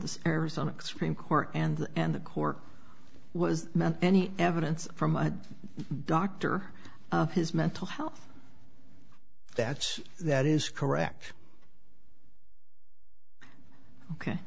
the arizona extreme court and and the cork was meant any evidence from a doctor of his mental health that's that is correct ok